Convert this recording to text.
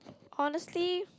honestly